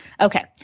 Okay